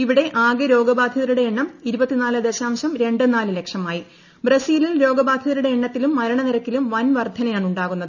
ഇവിടെ ആകെ രോഗബാധിതരുടെ എണ്ണം രോഗബാധിതരുടെ എണ്ണത്തിലും മരണനിരക്കിലും വൻവർദ്ധനയാണുണ്ടാകുന്നത്